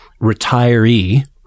retiree